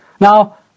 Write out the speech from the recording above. Now